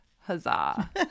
Huzzah